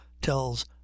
tells